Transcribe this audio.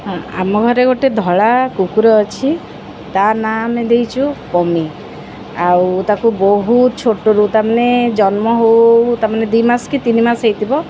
ଆମ ଘରେ ଗୋଟେ ଧଳା କୁକୁର ଅଛି ତା' ନାମ ଦେଇଛୁ ପମି ଆଉ ତାକୁ ବହୁତ ଛୋଟରୁ ତା'ମାନେ ଜନ୍ମ ହଉ ତା'ମାନେ ଦୁଇ ମାସ କି ତିନି ମାସ ହେଇଥିବ